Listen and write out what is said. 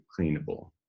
cleanable